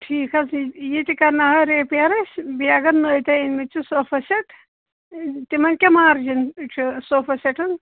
ٹھیٖک حظ یِہِ تہِ کَرٕناوہاو ریپیَر أسۍ بیٚیہِ اگر نٔے تۄہہِ أنۍ مِتۍ چھُو صوفہ سیٚٹ ٲں تِمَن کیٛاہ مارٕجَن چھُ صوفہ سیٚٹَن